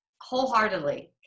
wholeheartedly